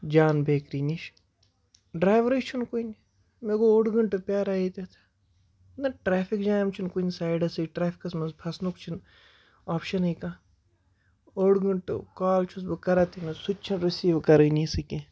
جان بیکری نِش ڈریورٕے چھُنہٕ کُنہِ مےٚ گوٚو اوٚڈ گَنٹہٕ پیاران ییٚتٮ۪تھ نہ ٹریفِک جیم چھُنہٕ کُنہِ سایڈَسٕے ٹریفکَس منٛز پھسنُک چھُنہٕ آپشنٕے کانہہ اوٚڈ گٲنٹہٕ کال چھُس بہٕ کران تٔمِس سُہ تہِ چھنہٕ رٔسیٖو کرٲنی